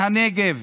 מהנגב,